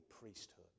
priesthood